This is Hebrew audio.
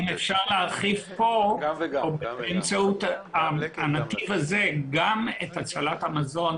אם אפשר להרחיב כאן באמצעות הנתיב הזה גם את הצלת המזון,